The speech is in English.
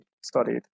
studied